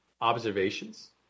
observations